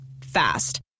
Fast